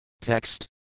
Text